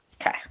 Okay